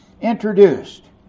introduced